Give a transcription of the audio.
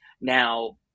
now